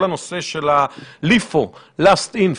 כל הנושא של LIFO: Last in,